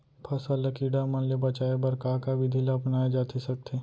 फसल ल कीड़ा मन ले बचाये बर का का विधि ल अपनाये जाथे सकथे?